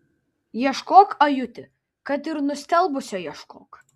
ieškok ajuti kad ir nustelbusio ieškok